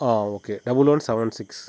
okay double one seven six